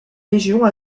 régions